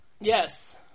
Yes